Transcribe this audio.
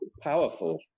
powerful